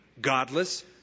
godless